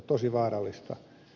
tosi vaarallista